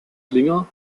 klinger